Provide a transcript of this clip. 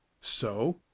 So